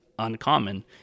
uncommon